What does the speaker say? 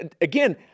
again